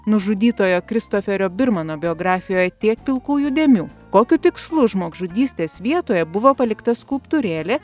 nužudytojo kristoferio birmano biografijoje tiek pilkųjų dėmių kokiu tikslu žmogžudystės vietoje buvo palikta skulptūrėlė